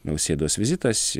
nausėdos vizitas